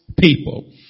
people